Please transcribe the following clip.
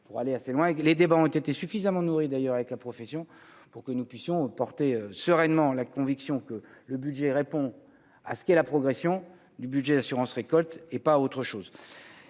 pour aller assez loin, les débats ont été suffisamment nourri d'ailleurs avec la profession pour que nous puissions porter sereinement la conviction que le budget répond à ce qui est la progression du budget d'assurance récolte et pas autre chose